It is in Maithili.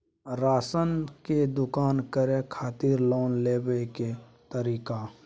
राशन के दुकान करै खातिर लोन लेबै के तरीका?